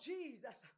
Jesus